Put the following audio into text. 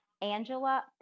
Angela